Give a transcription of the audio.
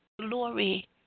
glory